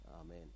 Amen